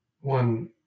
one